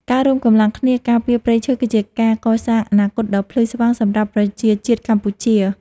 ការរួមកម្លាំងគ្នាការពារព្រៃឈើ គឺជាការកសាងអនាគតដ៏ភ្លឺស្វាងសម្រាប់ប្រជាជាតិកម្ពុជា។